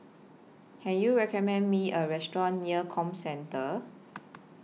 Can YOU recommend Me A Restaurant near Comcentre